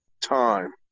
time